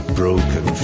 broken